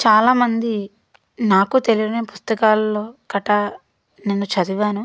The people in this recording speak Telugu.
చాలామంది నాకు తెలియని పుస్తకాల్లో కటా నేను చదివాను